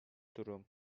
durum